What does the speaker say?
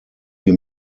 wie